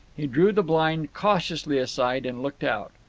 he drew the blind cautiously aside and looked out.